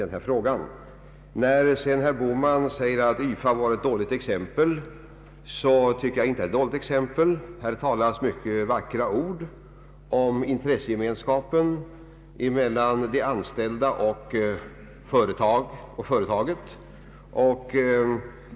Det är inte riktigt som herr Bohman säger att YFA är ett dåligt exempel. Tvärtom. Här talas mycket vackra ord om intressegemenskapen mellan de anställda och företaget.